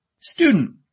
Student